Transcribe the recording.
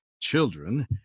children